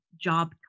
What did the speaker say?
job